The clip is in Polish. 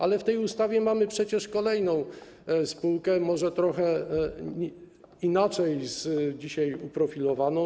Ale w tej ustawie mamy przecież kolejną spółkę, może trochę inaczej dzisiaj profilowaną.